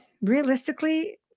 realistically